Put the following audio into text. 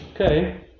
okay